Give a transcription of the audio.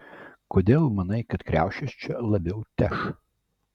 kodėl manai kad kriaušės čia labiau teš